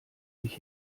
sich